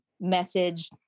message